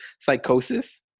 psychosis